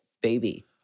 baby